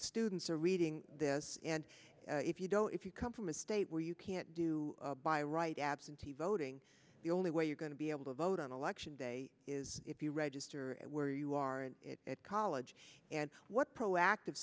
students are reading this and if you don't if you come from a state where you can't do by right absentee voting the only way you're going to be able to vote on election day is if you register where you are in college and what proactive